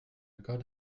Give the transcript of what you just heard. god